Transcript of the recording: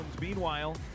Meanwhile